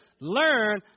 learn